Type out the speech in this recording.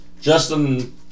Justin